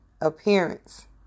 appearance